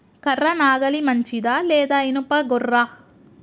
కర్ర నాగలి మంచిదా లేదా? ఇనుప గొర్ర?